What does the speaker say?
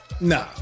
No